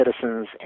citizens